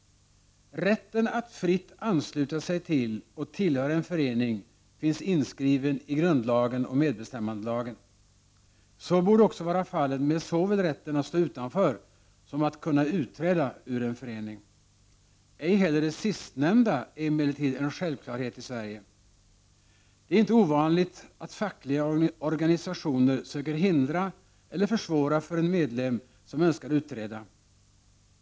Rätten att fritt ansluta sig till och tillhöra en förening finns inskriven i grundlagen och medbestämmandelagen. Så borde också vara fallet med såväl rätten att stå utanför som att kunna utträda ur en förening. Ej heller det sistnämnda är emellertid en självklarhet i Sverige. Det är inte ovanligt att fackliga organisationer söker hindra eller försvåra för en medlem som önskar utträda.